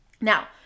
Now